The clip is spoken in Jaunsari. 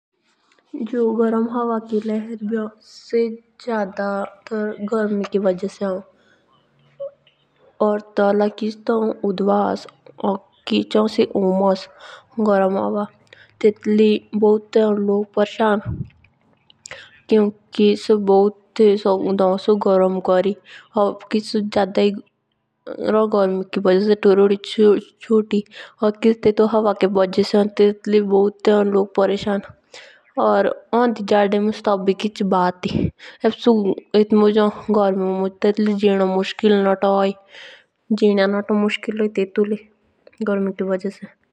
जो गरम हवा के लहर भी हो सेओ गोरम जागे दी तोंदे जागे के डूबोक चोलो। एतु गरम हवाक आमार डन लुह बोलो एतुलिया बीमार भी हो पो के ये सुके हो।